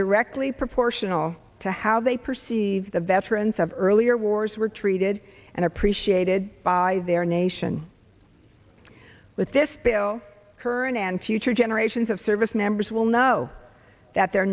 directly proportional to how they perceive the veterans of earlier wars were treated and appreciated by their nation with this bill current and future generations of service members will know that their